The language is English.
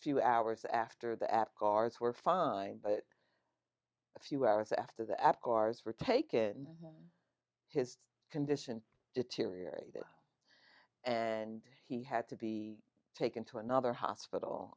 few hours after the app cars were fine but a few hours after the app cars were taken his condition deteriorated and he had to be taken to another hospital